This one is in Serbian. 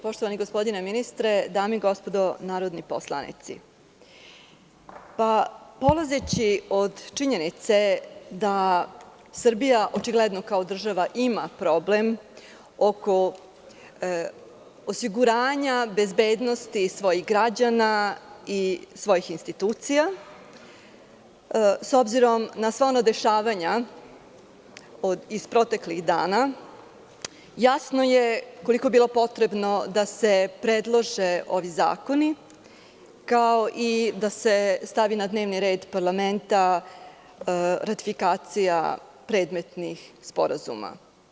Poštovani gospodine ministre, dame i gospodo narodni poslanici, polazeći od činjenice da Srbija očigledno kao država ima problem oko osiguranja, bezbednosti svojih građana i svojih institucija, s obzirom na sva ona dešavanja iz proteklih dana, jasno je koliko je bilo potrebno da se predlože ovi zakoni, kao i da se stavi na dnevni red parlamenta ratifikacija predmetnih sporazuma.